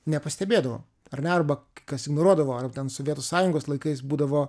nepastebėdavom ar ne arba kas ignoruodavo ar ten sovietų sąjungos laikais būdavo